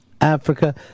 Africa